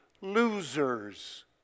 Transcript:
losers